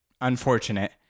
unfortunate